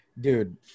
Dude